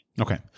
Okay